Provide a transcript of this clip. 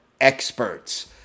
experts